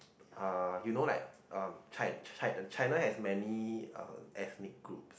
uh you know like uh chi~ chi~ the China has many ethnic groups